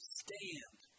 stand